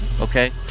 okay